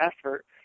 effort